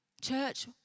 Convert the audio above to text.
Church